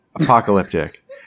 apocalyptic